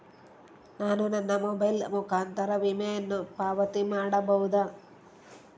ನಾನು ನನ್ನ ಮೊಬೈಲ್ ಮುಖಾಂತರ ವಿಮೆಯನ್ನು ಪಾವತಿ ಮಾಡಬಹುದಾ?